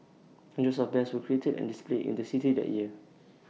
hundreds of bears were created and displayed in the city that year